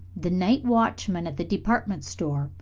the night watchman at the department store.